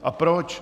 A proč?